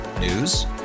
News